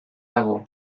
dago